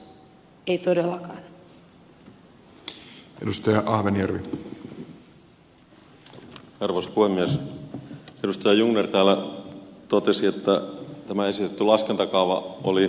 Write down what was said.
edustaja jungner täällä totesi että tämä esitetty laskentakaava oli liian vaikea